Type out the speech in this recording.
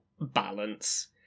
balance